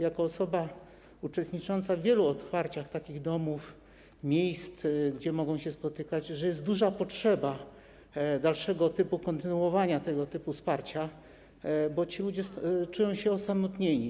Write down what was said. Jako osoba uczestnicząca w wielu otwarciach takich domów, miejsc, gdzie mogą się spotykać, wiem, że jest duża potrzeba kontynuowania tego typu wsparcia, bo ci ludzie czują się osamotnieni.